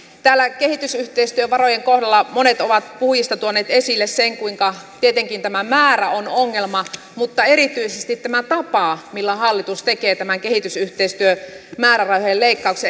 täällä kehitysyhteistyövarojen kohdalla monet puhujista ovat tuoneet esille sen kuinka tietenkin tämä määrä on ongelma mutta erityisesti tämä tapa millä hallitus tekee tämän kehitysyhteistyömäärärahojen leikkauksen